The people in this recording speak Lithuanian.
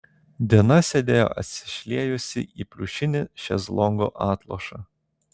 dina sėdėjo atsišliejusi į pliušinį šezlongo atlošą